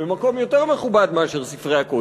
במקום יותר מכובד מספרי הקודש.